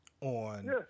on